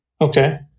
Okay